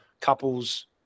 couples